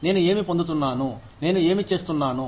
నేను ఏమి పొందుతున్నాను నేను ఏమి చేస్తున్నాను